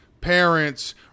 parents